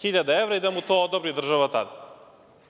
hiljada evra i da mu to država odobri tada.